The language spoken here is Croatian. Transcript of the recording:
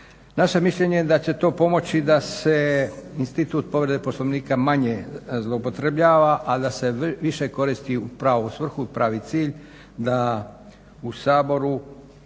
Naše je mišljenje da će to pomoći da se institut povrede Poslovnika manje zloupotrebljava, ali da se više koristi u pravu svrhu, pravi cilj da u Saboru